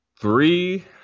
three